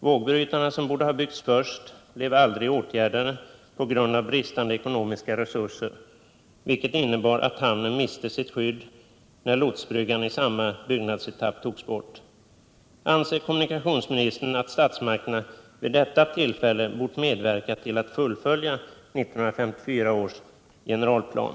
Vågbrytarna, som borde ha byggts först, blev aldrig åtgärdade på grund av bristande ekonomiska resurser, vilket innebar att hamnen miste sitt skydd när lotsbryggan i samma byggnadsetapp togs bort. Anser kommunikationsministern att statsmakterna vid detta tillfälle bort medverka till att fullfölja 1954 års generalplan?